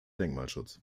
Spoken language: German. denkmalschutz